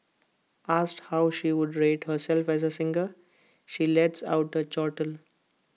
asked how she would rate herself as A singer she lets out A chortle